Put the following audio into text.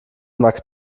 max